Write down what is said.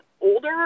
older